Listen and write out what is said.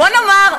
בוא נאמר,